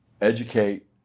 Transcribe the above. educate